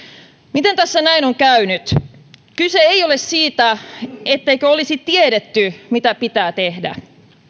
miten tässä näin on käynyt kyse ei ole siitä etteikö olisi tiedetty mitä pitää tehdä